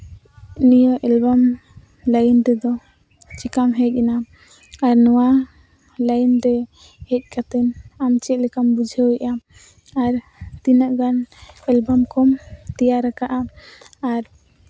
ᱱᱤᱭᱟᱹ ᱮᱞᱵᱟᱢ ᱞᱟᱭᱤᱱ ᱛᱮᱫᱚ ᱪᱤᱠᱟᱢ ᱦᱮᱡ ᱮᱱᱟ ᱟᱨ ᱱᱚᱣᱟ ᱞᱟᱭᱤᱱ ᱨᱮ ᱦᱮᱡ ᱠᱟᱛᱮ ᱟᱢ ᱪᱮᱫ ᱞᱮᱠᱟᱢ ᱵᱩᱡᱷᱟᱹᱣ ᱮᱜᱼᱟ ᱟᱨ ᱛᱤᱱᱟᱹᱜ ᱜᱟᱱ ᱮᱞᱵᱟᱢ ᱠᱚᱢ ᱛᱮᱭᱟᱨ ᱠᱟᱜᱼᱟ ᱟᱨ